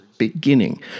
beginning